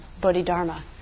Bodhidharma